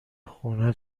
خونه